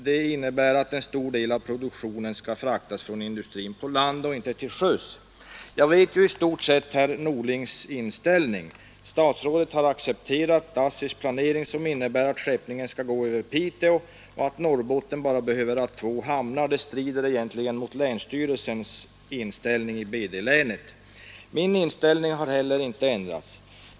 Det innebär att en stor del av produktionen skall fraktas från industrin landvägen och inte till sjöss. Jag vet i stort sett herr Norlings inställning. Statsrådet har accepterat ASSI:s planering, som innebär att skeppningen skall gå över Piteå och att Norrbotten bara behöver ha två hamnar, vilket egentligen strider mot länsstyrelsens inställning i BD-länet. Inte heller min inställning har ändrats.